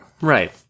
Right